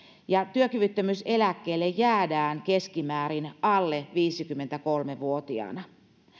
ja työkyvyttömyyseläkkeelle jäädään keskimäärin alle viisikymmentäkolme vuotiaana